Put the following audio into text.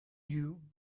you